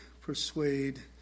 persuade